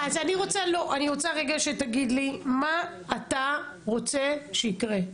אני רוצה רגע שתגיד לי מה אתה רוצה שיקרה?